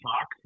talk